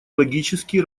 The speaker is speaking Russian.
логический